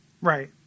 right